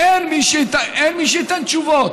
אין מי שייתן תשובות.